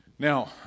Now